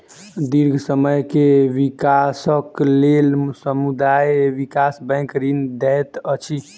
दीर्घ समय के विकासक लेल समुदाय विकास बैंक ऋण दैत अछि